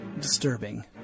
disturbing